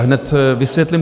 Hned vysvětlím.